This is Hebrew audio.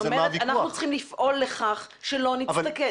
היא אומרת שאנחנו צריכים לפעול לכך שלא נצטרך.